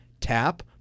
tap